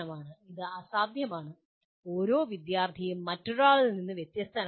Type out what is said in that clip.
ഇത് അസാധ്യമാണ് ഓരോ വിദ്യാർത്ഥിയും മറ്റൊരാളിൽ നിന്ന് വ്യത്യസ്തനാണ്